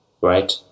right